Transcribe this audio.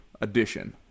edition